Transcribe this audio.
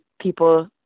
people